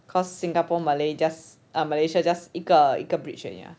cause singapore malay just ah malaysia just 一个一个 bridge 而已 ah